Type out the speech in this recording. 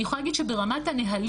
אני יכולה להגיד שברמת הנהלים,